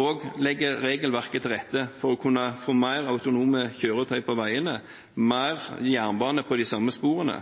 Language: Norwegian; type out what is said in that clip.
og legger regelverket til rette for å kunne få mer autonome kjøretøy på veiene, mer jernbane på de samme sporene.